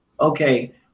okay